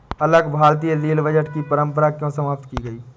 अलग भारतीय rail budget की परंपरा क्यों समाप्त की गई?